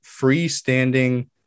freestanding